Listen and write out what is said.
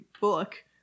book